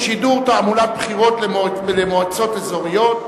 שידור תעמולת בחירות למועצות האזוריות),